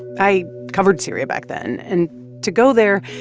i covered syria back then, and to go there,